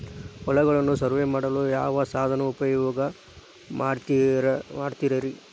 ಹೊಲಗಳನ್ನು ಸರ್ವೇ ಮಾಡಲು ಯಾವ ಸಾಧನ ಉಪಯೋಗ ಮಾಡ್ತಾರ ರಿ?